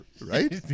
right